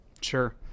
Sure